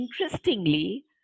interestingly